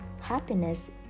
happiness